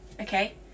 Okay